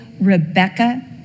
Rebecca